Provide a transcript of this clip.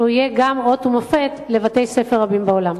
ושהוא יהיה גם אות ומופת לבתי-ספר רבים בעולם.